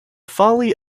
folly